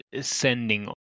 sending